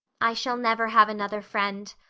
i shall never have another friend.